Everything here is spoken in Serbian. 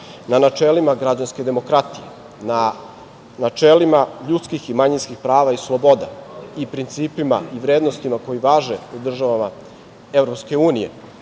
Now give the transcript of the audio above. na načelima građanske demokratije, na načelima ljudskih i manjinskih prava i sloboda i principima i vrednostima koji važe u državama EU,